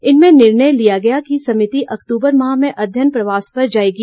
इनमें निर्णय लिया गया कि समिति अक्तूबर माह में अध्ययन प्रवास पर जाएगी